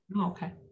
Okay